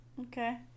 Okay